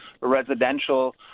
residential